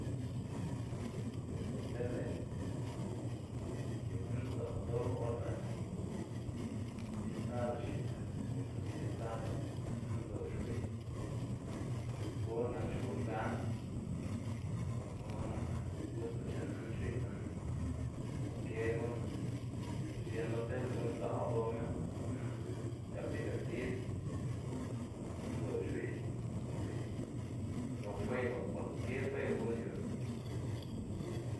Bos lo tele, yu minn sdza'l ldo' or lë' ti estado xgit kontra sti estado lë' minn zob xwiy futbol gan chu gun gan gunu nak gusto chen minn xwiy minn kwualkier gu'n, gu'n xien lo tele gu'n sdza'l ldo' minn lë' minn c̲h̲ak divertir, lë' minn zob xwiy xwiy lo fego kwalkier fego gu'n yu.